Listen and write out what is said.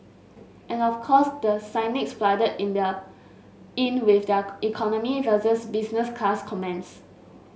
and of course the cynics flooded in the in with their economy versus business class comments